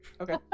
Okay